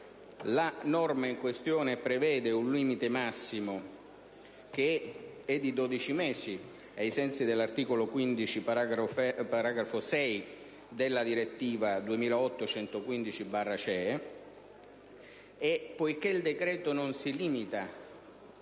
la norma in questione prevede un limite massimo di 12 mesi, ai sensi dell'articolo 15, paragrafo 6, della direttiva 2008/115/CE ed il decreto non si limita